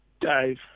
Dave